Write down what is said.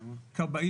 למה?